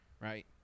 right